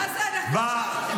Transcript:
מה זה, אנחנו --- להתבייש.